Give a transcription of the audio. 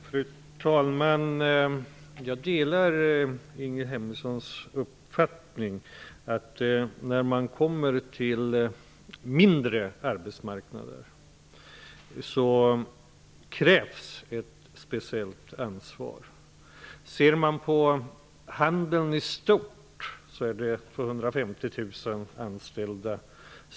Fru talman! Jag delar Ingrid Hemmingssons uppfattning. I mindre arbetsmarknader krävs ett speciellt ansvar. Ser man på handeln i stort, finner man att det gäller 250 000 anställda.